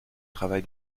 travail